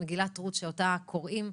מגילת רות שאותה קוראים: